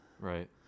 Right